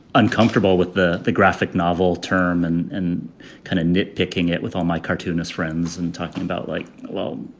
uncomfortable with the the graphic novel term and and kind of nit picking it with all my cartoonist friends and talking about like, well,